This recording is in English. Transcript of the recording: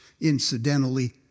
incidentally